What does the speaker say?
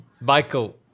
Michael